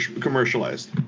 commercialized